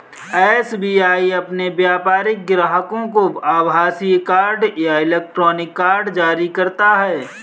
SBI अपने व्यापारिक ग्राहकों को आभासीय कार्ड या इलेक्ट्रॉनिक कार्ड जारी करता है